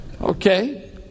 Okay